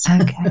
okay